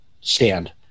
stand